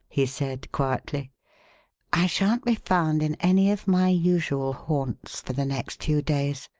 he said, quietly i shan't be found in any of my usual haunts for the next few days.